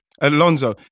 Alonso